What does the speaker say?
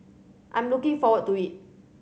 I'm looking forward to it